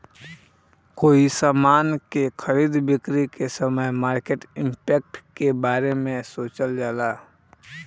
कोई समान के खरीद बिक्री के समय मार्केट इंपैक्ट के बारे सोचल जाला